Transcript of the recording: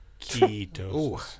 Ketosis